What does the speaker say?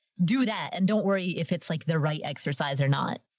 do that, and don't worry if it's like the right exercise or not.